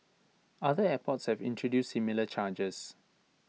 other airports have introduced similar charges